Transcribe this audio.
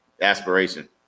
aspiration